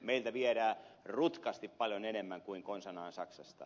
meiltä viedään rutkasti paljon enemmän kuin konsanaan saksasta